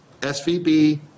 SVB